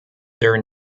their